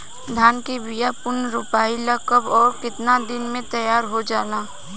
धान के बिया पुनः रोपाई ला कब और केतना दिन में तैयार होजाला?